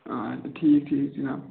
آ ٹھیٖک ٹھیٖک جِناب